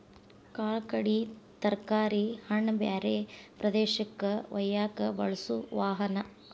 ಕಾಳ ಕಡಿ ತರಕಾರಿ ಹಣ್ಣ ಬ್ಯಾರೆ ಪ್ರದೇಶಕ್ಕ ವಯ್ಯಾಕ ಬಳಸು ವಾಹನಾ